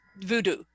voodoo